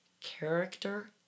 character